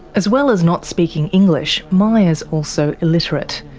as well as not speaking english, maya's also illiterate.